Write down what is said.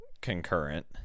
concurrent